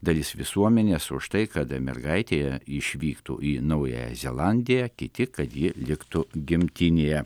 dalis visuomenės už tai kad mergaitė išvyktų į naująją zelandiją kiti kad ji liktų gimtinėje